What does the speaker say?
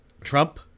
Trump